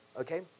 okay